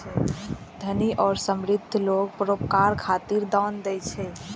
धनी आ समृद्ध लोग परोपकार खातिर दान दै छै